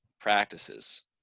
practices